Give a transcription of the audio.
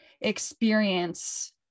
experience